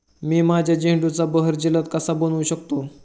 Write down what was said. मी माझ्या झेंडूचा बहर जलद कसा बनवू शकतो?